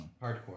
Hardcore